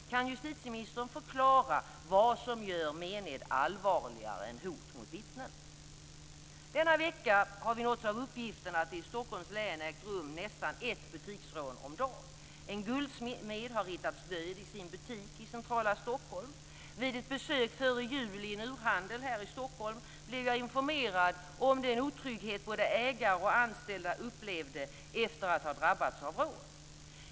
Kan justitieministern förklara vad som gör mened allvarligare än hot mot vittnen? Denna vecka har vi nåtts av uppgiften att det i Stockholms län ägt rum nästan ett butiksrån om dagen. En guldsmed har hittats död i sin butik i centrala Stockholm. Vid ett besök före jul i en urhandel här i Stockholm blev jag informerad om den otrygghet både ägare och anställda upplevde efter att ha drabbats av rån.